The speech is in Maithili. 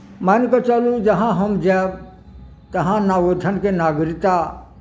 मानि कऽ चलू जहाँ हम जायब तहाँ ने ओहिठनके नागरिकता